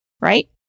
right